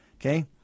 Okay